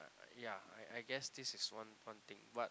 uh yeah I I guess this is one one thing but